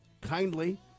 kindly